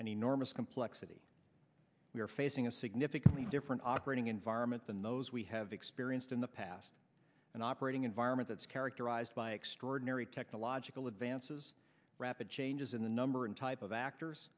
and enormous complexity we are facing a significantly different operating environment than those we have experienced in the past an operating environment that's characterized by extraordinary technological advances rapid changes in the number and type of actors